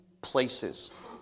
places